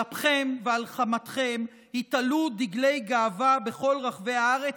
על אפכם ועל חמתכם ייתלו דגלי גאווה בכל רחבי הארץ,